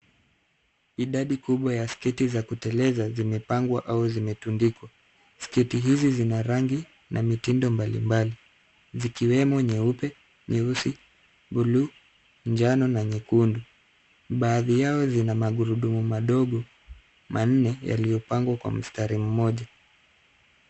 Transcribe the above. Idadi kubwa ya sketi za kuteleza zimepangwa au zimetundikwa. Sketi hizi zina rangi na mitindo mbalimbali, zikiwemo nyeupe, nyeusi, bluu, njano na nyekundu. Baadhi yao zina magurudumu madogo manne yaliyopangwa kwa mstari mmoja.